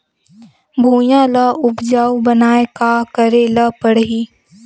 भुइयां ल उपजाऊ बनाये का करे ल पड़ही?